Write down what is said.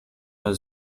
los